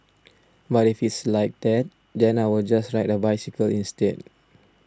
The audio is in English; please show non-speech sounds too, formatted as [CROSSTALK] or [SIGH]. [NOISE] but if it's like that then I will just ride a bicycle instead